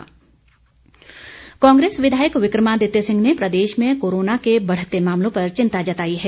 विक्रमादित्य कांग्रेस विधायक विक्रमादित्य सिंह ने प्रदेश में कोरोना के बढ़ते मामलों पर चिंता जताई है